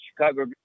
Chicago